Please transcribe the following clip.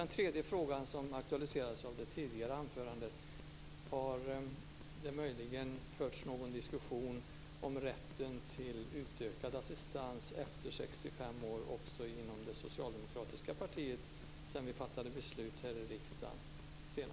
Den tredje frågan som aktualiserades av det tidigare anförandet gäller om det har förts någon diskussion om rätten till utökad assistans efter 65 år också inom det socialdemokratiska partiet sedan vi senast fattade beslut i riksdagen?